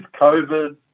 COVID